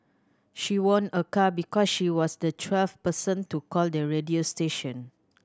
she won a car because she was the twelfth person to call the radio station